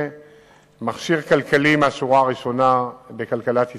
מכשיר כלכלי מהשורה הראשונה בכלכלת ישראל,